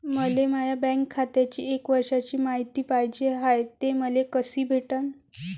मले माया बँक खात्याची एक वर्षाची मायती पाहिजे हाय, ते मले कसी भेटनं?